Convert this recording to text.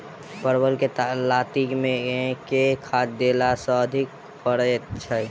परवल केँ लाती मे केँ खाद्य देला सँ अधिक फरैत छै?